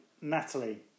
Natalie